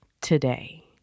today